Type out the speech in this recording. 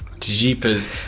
Jeepers